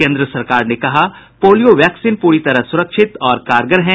केन्द्र सरकार ने कहा पोलियो वैक्सीन पूरी तरह सुरक्षित और कारगर हैं